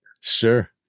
Sure